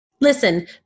Listen